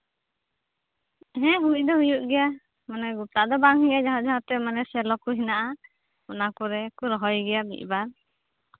ᱦᱮᱸ ᱦᱩᱭ ᱫᱚ ᱦᱩᱭᱩᱜ ᱜᱮᱭᱟ ᱜᱳᱴᱟ ᱫᱚ ᱵᱟᱝ ᱦᱩᱭᱩᱜᱼᱟ ᱡᱟᱦᱟᱸ ᱡᱟᱦᱟᱸ ᱠᱚᱨᱮ ᱥᱮᱞᱚ ᱠᱚ ᱢᱮᱱᱟᱜ ᱜᱮᱭᱟ ᱚᱱᱟ ᱠᱚᱨᱮ ᱠᱚ ᱨᱚᱦᱚᱭ ᱜᱮᱭᱟ ᱢᱤᱫ ᱵᱟᱨ